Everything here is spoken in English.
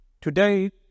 Today